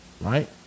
right